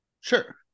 sure